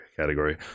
category